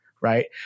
right